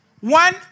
One